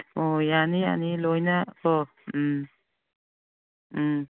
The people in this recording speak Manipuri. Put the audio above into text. ꯑꯣ ꯌꯥꯅꯤ ꯌꯥꯅꯤ ꯂꯣꯏꯅꯀꯣ ꯎꯝ ꯎꯝ